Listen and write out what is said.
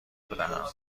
بدهم